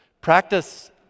practice